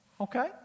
Okay